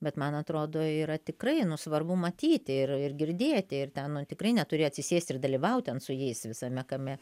bet man atrodo yra tikrai nu svarbu matyti ir ir girdėti ir ten nu tikrai neturi atsisėst ir dalyvaut ten su jais visame kame